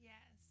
Yes